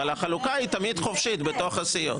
אבל החלוקה תמיד חופשית בתוך הסיעות.